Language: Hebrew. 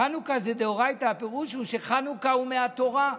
חנוכה זה דאורייתא, הפירוש הוא שחנוכה הוא מהתורה.